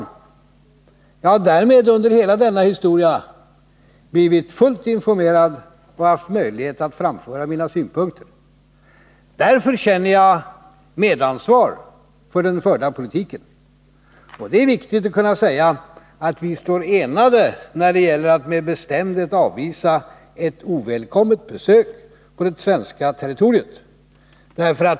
Jag har därmed under hela denna historia blivit fullt informerad och haft möjlighet att framföra mina synpunkter. Därför känner jag medansvar för den förda politiken. Det är viktigt att kunna säga att vi står enade när det gäller att med bestämdhet avvisa ett ovälkommet besök på det svenska territoriet.